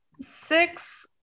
six